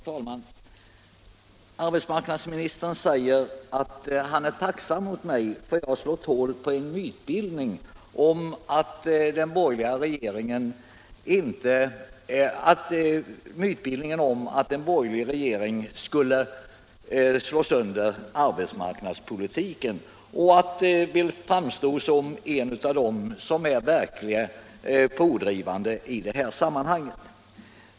Herr talman! Arbetsmarknadsministern säger att han är tacksam mot mig för att jag stuckit hål på mytbildningen om att den borgerliga regeringen skulle slå sönder arbetsmarknadspolitiken och vill framstå som en av dem som är verkligt pådrivande i det här sammanhanget.